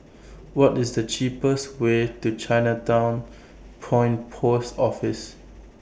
What IS The cheapest Way to Chinatown Point Post Office